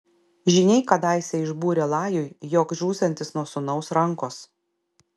žyniai kadaise išbūrė lajui jog žūsiantis nuo sūnaus rankos